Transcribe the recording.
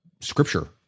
Scripture